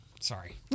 Sorry